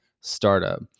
startup